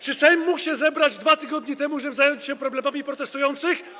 Czy Sejm mógł się zebrać 2 tygodnie temu, żeby zająć się problemami protestujących?